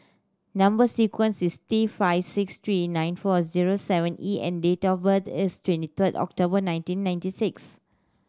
number sequence is T five six three nine four zero seven E and date of birth is twenty third October nineteen ninety six